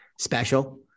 special